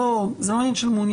בסדר, זה לא עניין של מעוניין.